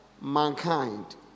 mankind